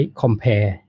compare